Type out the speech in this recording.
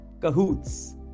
cahoots